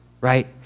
Right